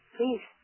Please